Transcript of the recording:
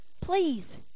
Please